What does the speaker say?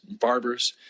barbers